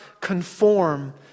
conform